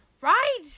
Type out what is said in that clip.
Right